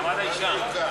מעמד האישה.